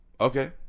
Okay